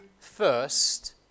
first